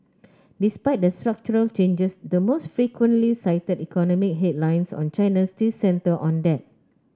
despite the structural changes the most frequently cited economic headlines on China still centre on debt